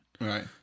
Right